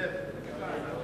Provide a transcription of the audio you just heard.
בגופים ועמותות.